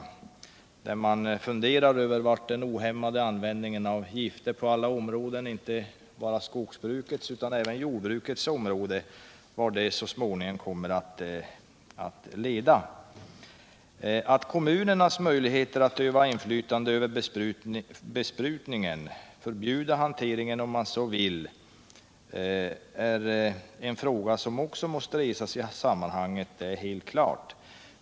Man funderar över vart den ohämmade användningen av gifter på alla områden — det gäller inte bara i skogsbruket utan även i jordbruket — så småningom kommer att leda. Att kommunernas möjligheter att öva inflytande över besprutningen, förbjuda hanteringen om man så vill, är en fråga som också måste resas i sammanhanget är helt klart.